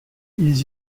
ils